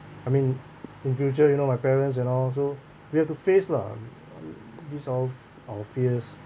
I mean in future you know my parents and all also we have to face lah this of our fears